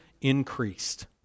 increased